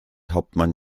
hauptmann